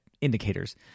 indicators